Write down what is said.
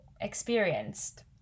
experienced